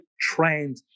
trained